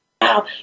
Wow